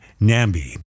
Nambi